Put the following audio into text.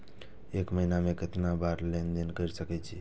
एक महीना में केतना बार लेन देन कर सके छी?